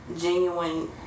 genuine